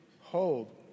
hold